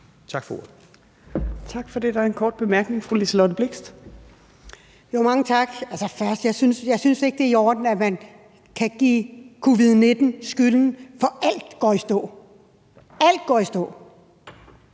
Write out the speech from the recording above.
Tak for ordet.